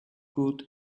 good